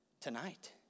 Tonight